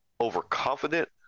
overconfident